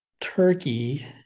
Turkey